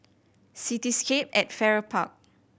Cityscape at Farrer Park